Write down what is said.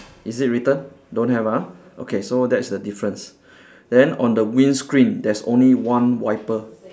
is it written don't have ah okay so that's the difference then on the windscreen there's only one wiper